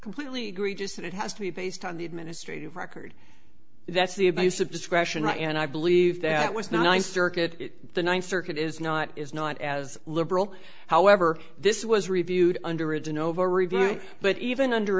completely agree just that it has to be based on the administrative record that's the abuse of discretion and i believe that was nice circuit the ninth circuit is not is not as liberal however this was reviewed underage and over reviewing but even under